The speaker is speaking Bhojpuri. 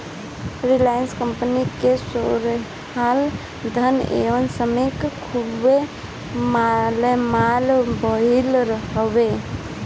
रिलाएंस कंपनी के शेयर धारक ए समय खुबे मालामाल भईले हवे